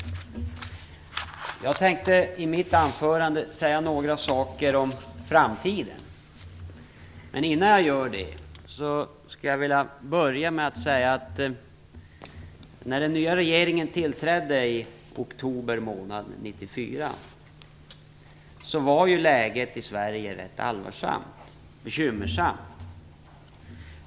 Jag tänker i mitt anförande säga något om framtiden, men jag skulle först vilja säga att när den nya regeringen tillträdde i oktober månad 1994 var läget i Sverige rätt bekymmersamt.